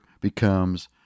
becomes